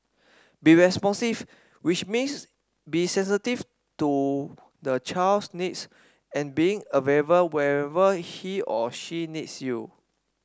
be responsive which means be sensitive to the child's needs and being available whenever he or she needs you